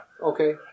Okay